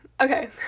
okay